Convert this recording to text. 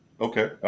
Okay